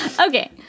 Okay